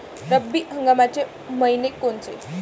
रब्बी हंगामाचे मइने कोनचे?